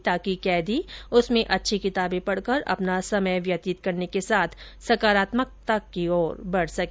ताकि बंदी उसमें अच्छी किताबें पढ़कर अपना समय व्यतीत करने के साथ सकारात्मकता की ओर बढ़ सके